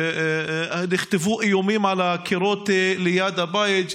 נכתבו איומים על הקירות ליד הבית,